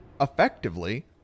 effectively